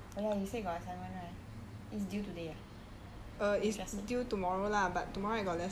oh ya you say you got assignment right is due today ah or when is it